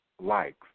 likes